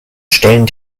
stellen